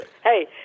Hey